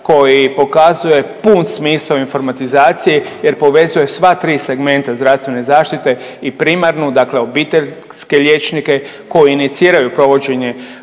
koji pokazuje pun smisao informatizacije jer povezuje sva tri segmenta zdravstvene zaštite i primarnu dakle obiteljske liječnike koji iniciraju provođenje